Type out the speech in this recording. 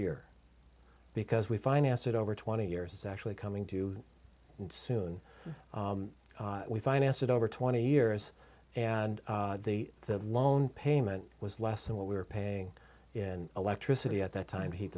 year because we financed it over twenty years actually coming too soon we financed it over twenty years and the loan payment was less than what we were paying in electricity at that time he